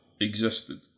existed